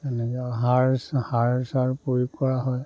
এনেকৈ সাৰ সাৰ চাৰ প্ৰয়োগ কৰা হয়